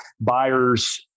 buyers